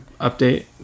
update